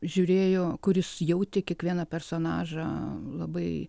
žiūrėjo kuris jautė kiekvieną personažą labai